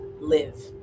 live